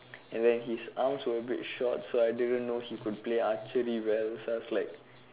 and then his arms were a bit short so I didn't know he could play archery well so I was like